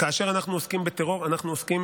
כאשר אנחנו עוסקים בטרור אנחנו עוסקים